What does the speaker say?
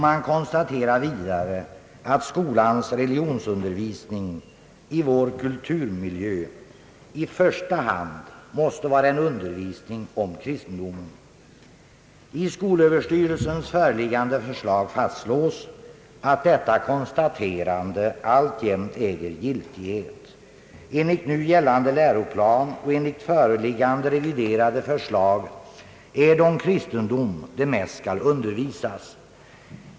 Man konstaterade vidare, att skolans religionsundervisning i vår kulturmiljö i första hand måste vara en undervisning om kristendomen. Skolöverstyrelsen fastslår i det föreliggande förslaget, att detta konstaterande alltjämt äger giltighet. Enligt nu gällande läroplan och enligt föreliggande reviderade förslag är det om kristendomen det mest skall undervisas.